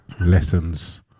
lessons